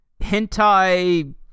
hentai